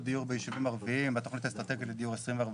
דיור בישובים ערביים בתכנית האסטרטגית לדיור 2040,